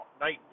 night